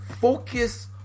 Focus